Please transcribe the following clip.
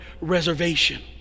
reservation